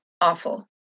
awful